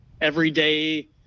everyday